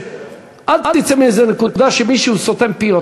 אל תצא מאיזו נקודה שמישהו סותם פיות.